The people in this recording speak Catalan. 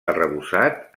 arrebossat